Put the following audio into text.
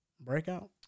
breakout